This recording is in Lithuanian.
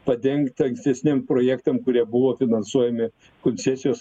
padengt ankstesniem projektam kurie buvo finansuojami koncesijos